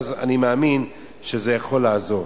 ואז אני מאמין שזה יכול לעזור.